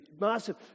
massive